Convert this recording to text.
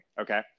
Okay